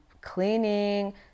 cleaning